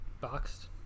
boxed